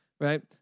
right